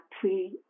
three